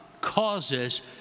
causes